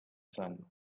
sun